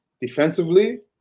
defensively